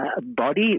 body